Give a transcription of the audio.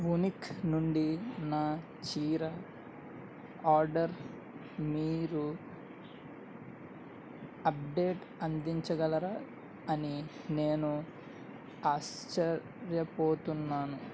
వూనిక్ నుండి నా చీర ఆర్డర్ మీరు అప్డేట్ అందించగలరా అని నేను ఆశ్చర్యపోతున్నాను